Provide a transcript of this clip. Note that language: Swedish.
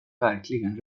verkligen